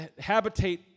habitate